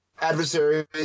adversaries